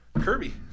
Kirby